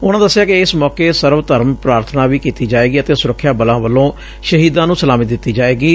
ਉਨੂਾਂ ਦੱਸਿਆ ਕਿ ਇਸ ਮੌਕੇ ਸਰਵ ਧਰਮ ਪ੍ਾਰਬਨਾ ਵੀ ਕੀਤੀ ਜਾਵੇਗੀ ਅਤੇ ਸੁਰੱਖਿਆ ਬਲਾਂ ਵੱਲੋਂ ਸ਼ਹੀਦਾਂ ਨੂੰ ਸਲਾਮੀ ਦਿੱਤੀ ਜਾਵੇਗੀ